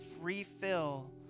refill